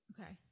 Okay